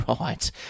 Right